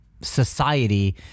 society